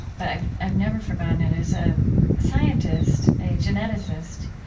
but i've i've never forgotten it. it was a scientist, a geneticist,